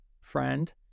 friend